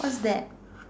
what's that